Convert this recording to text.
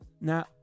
now